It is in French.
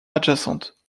adjacentes